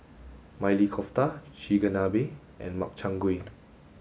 Maili Kofta Chigenabe and Makchang gui